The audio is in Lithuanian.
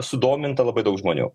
sudominta labai daug žmonių